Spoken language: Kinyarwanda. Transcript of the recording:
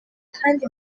kandi